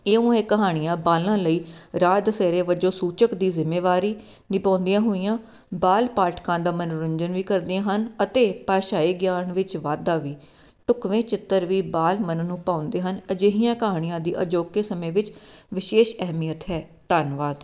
ਇਉਂ ਇਹ ਕਹਾਣੀਆਂ ਬਾਲਾਂ ਲਈ ਰਾਹ ਦਸੇਰੇ ਵਜੋਂ ਸੂਚਕ ਦੀ ਜ਼ਿੰਮੇਵਾਰੀ ਨਿਭਾਉਂਦੀਆਂ ਹੋਈਆਂ ਬਾਲ ਪਾਠਕਾਂ ਦਾ ਮਨੋਰੰਜਨ ਵੀ ਕਰਦੀਆਂ ਹਨ ਅਤੇ ਭਾਸ਼ਾਈ ਗਿਆਨ ਵਿੱਚ ਵਾਧਾ ਵੀ ਢੁੱਕਵੇਂ ਚਿੱਤਰ ਵੀ ਬਾਲ ਮਨ ਨੂੰ ਭਾਉਂਦੇ ਹਨ ਅਜਿਹੀਆਂ ਕਹਾਣੀਆਂ ਦੀ ਅਜੋਕੀ ਸਮੇਂ ਵਿੱਚ ਵਿਸ਼ੇਸ਼ ਅਹਿਮੀਅਤ ਹੈ ਧੰਨਵਾਦ